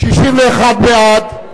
את